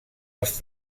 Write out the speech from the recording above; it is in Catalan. els